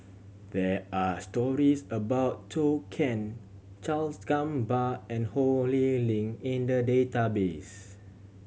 there are stories about Zhou Can Charles Gamba and Ho Lee Ling in the database